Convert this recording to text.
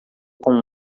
com